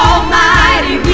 Almighty